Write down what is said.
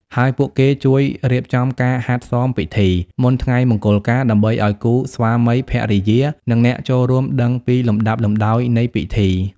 ហើយពួកគេជួយ រៀបចំការហាត់សមពិធី មុនថ្ងៃមង្គលការ ដើម្បីឱ្យគូស្វាមីភរិយា និងអ្នកចូលរួមដឹងពីលំដាប់លំដោយនៃពិធី។